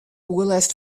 oerlêst